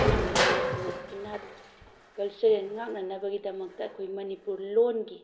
ꯑꯩꯈꯣꯏꯒꯤ ꯃꯅꯤꯄꯨꯔ ꯏꯅꯥꯠ ꯀꯜꯆꯔꯦꯜ ꯉꯥꯛꯅꯅꯕꯒꯤꯗꯃꯛꯇ ꯑꯩꯈꯣꯏ ꯃꯅꯤꯄꯨꯔ ꯂꯣꯜꯒꯤ